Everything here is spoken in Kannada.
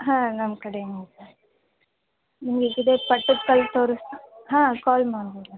ಹಾಂ ನಮ್ಮ ಕಡೆನು ಇದೆ ನಿಮಗೆ ಇದು ಬೇಕು ಪಟ್ಟದ ಕಲ್ಲು ತೋರುಸ್ತ ಹಾಂ ಕಾಲ್ ಮಾಡಿ ಮೇಡಮ್